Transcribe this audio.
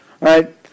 right